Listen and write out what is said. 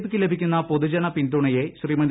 പിയ്ക്ക് ലഭിക്കുന്ന പൊതുജന പിന്തുണയെ ശ്രീമതി